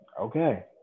Okay